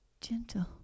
gentle